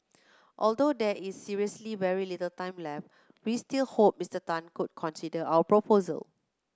although there is seriously very little time left we still hope Mister Tan could reconsider our proposal